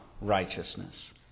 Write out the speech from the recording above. righteousness